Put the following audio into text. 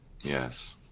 Yes